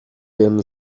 wiem